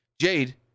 Jade